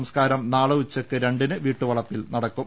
സംസ്കാരം നാളെ ഉച്ചയ്ക്ക് രണ്ടിന് വീട്ടുവളപ്പിൽ നടക്കും